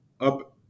up